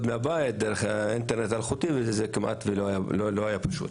מהבית דרך אינטרנט אלחוטי זה לא היה פשוט.